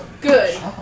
Good